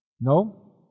no